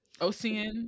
OCN